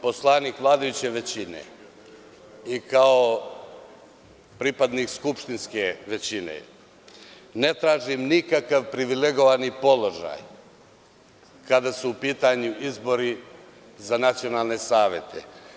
Kao poslanik vladajuće većine i kao pripadnik skupštinske većine, ne tražim nikakav privilegovani položaj kada su u pitanju izbori za nacionalne savete.